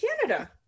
Canada